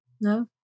No